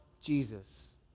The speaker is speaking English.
Jesus